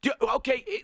Okay